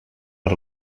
per